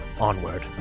onward